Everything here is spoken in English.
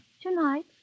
Tonight